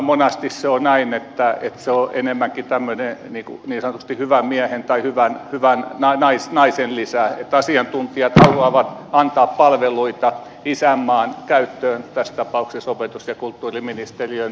monasti se on näin että se on enemmänkin tämmöinen niin sanotusti hyvän miehen tai hyvän naisen lisä että asiantuntijat haluavat antaa palveluita isänmaan käyttöön tässä tapauksessa opetus ja kulttuuriministeriöön